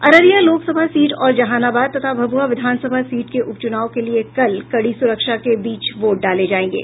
Araria Lok Sabha seat और जहानाबाद तथा Bhabua Vidhan Sabha seat के उपचुनाव के लिए कल कड़ी सुरक्षा के बीच वोट डाले जायेंगे